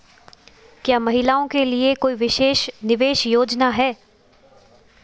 क्या महिलाओं के लिए कोई विशेष निवेश योजना है?